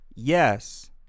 Yes